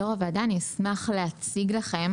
יו"ר הוועדה, אשמח להציג לכם.